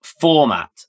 format